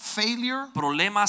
failure